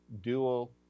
dual